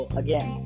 again